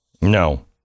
No